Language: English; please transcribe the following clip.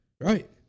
Right